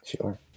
Sure